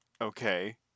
Okay